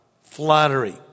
Flattery